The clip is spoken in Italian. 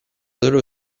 loro